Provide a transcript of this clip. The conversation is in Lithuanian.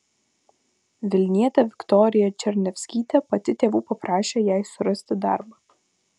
vilnietė viktorija černiavskytė pati tėvų paprašė jai surasti darbą